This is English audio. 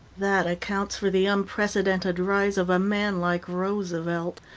that accounts for the unprecedented rise of a man like roosevelt.